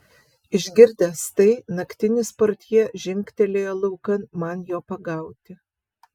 išgirdęs tai naktinis portjė žingtelėjo laukan man jo pagauti